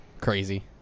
Crazy